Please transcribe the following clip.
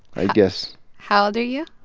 i guess how old are you?